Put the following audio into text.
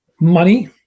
money